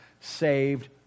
saved